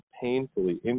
painfully